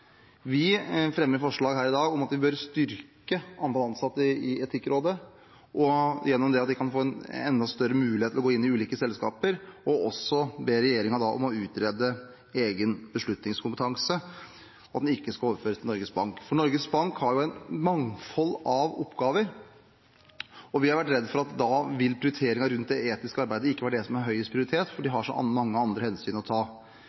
Vi fremmer forslag her i dag om at vi bør øke antall ansatte i Etikkrådet og gjennom det kunne få en enda større mulighet til å gå inn i ulike selskaper, og også be regjeringen om å utrede egen beslutningskompetanse, og at den ikke skal overføres til Norges Bank. Norges Bank har jo et mangfold av oppgaver, og vi har vært redde for at det etiske arbeidet da ikke vil være det som har høyest prioritet, fordi de har så mange andre hensyn å ta.